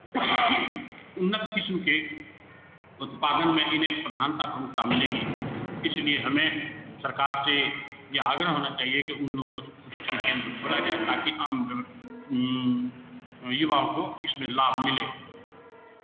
उन्नत किस्म के उत्पादन में इन्हें प्रधानता अप्रूवता मिलेगी इसलिए हमें सरकार से यह आग्रह होना चाहिए कि उन लोगों को प्रशिक्षण केंद्र खोला जाए ताकि आम युवाओं को इसमें लाभ मिले